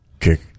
kick